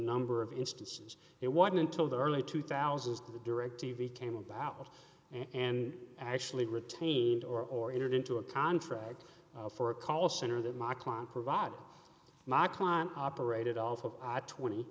number of instances it wasn't until the early two thousand the directv came about and actually retained or entered into a contract for a call center that my client provide my client operated off of i twenty